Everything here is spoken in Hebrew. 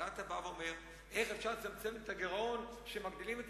ואתה בא ואומר: איך אפשר לצמצם את הגירעון כשמגדילים את